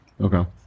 Okay